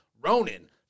Ronan